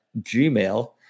gmail